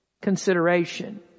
consideration